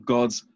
God's